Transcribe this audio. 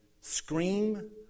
scream